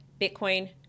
Bitcoin